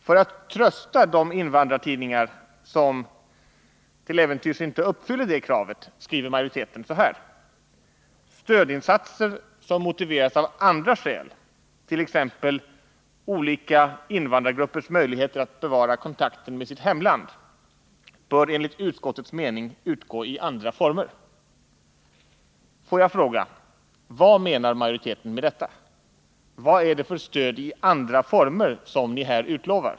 För att trösta de invandrartidningar som till äventyrs inte uppfyller det kravet skriver majoriteten så här: ”Stödinsatser, som motiveras av andra skäl, t.ex. olika invandrargruppers möjligheter att bevara kontakten med sitt hemland, bör enligt utskottets mening utgå i andra former.” Få jag fråga: Vad menar majoriteten med detta? Vad är det för stöd ”i andra former” som ni här utlovar?